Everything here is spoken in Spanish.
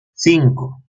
cinco